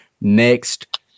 next